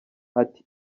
ati